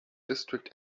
district